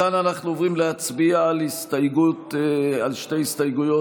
מכאן אנחנו עוברים להצביע על שתי הסתייגויות